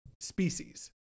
species